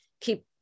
keep